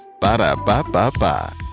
Ba-da-ba-ba-ba